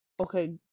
Okay